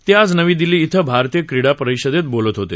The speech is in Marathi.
ते आज नवी दिल्ली इथं भारतीय क्रीडा परिषदेत बोलत होते